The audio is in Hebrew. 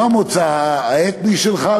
לא המוצא האתני שלך,